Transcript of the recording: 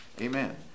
Amen